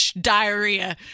diarrhea